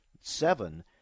seven